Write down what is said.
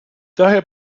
daher